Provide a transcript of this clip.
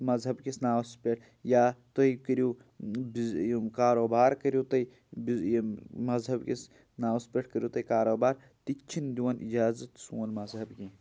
مذہَب کِس ناوَس پٮ۪ٹھ یا تُہۍ کٔرِو یِم کاروبار کٔرِو تُہۍ بِ یِم مذہَب کِس ناوَس پٮ۪ٹھ کٔرِو تُہۍ کاروبار تِتہِ چھِنہٕ دِوان اِجازت سون مذہب کینٛہہ